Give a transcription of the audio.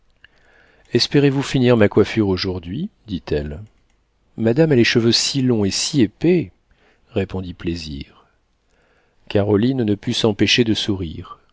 espérez-vous finir ma coiffure aujourd'hui dit-elle madame a les cheveux si longs et si épais répondit plaisir caroline ne put s'empêcher de sourire